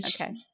Okay